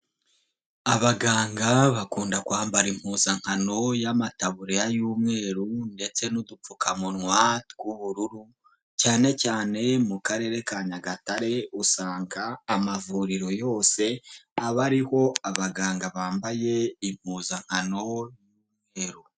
abaganga bakunda kwambara impuzankano y'amataburiya y'umweru ndetse n'udupfukamunwa tw'ubururu, cyane cyane mu karere ka Nyagatare usanga amavuriro yose aba ariho abaganga bambaye impuzankano y'umweru.